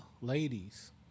ladies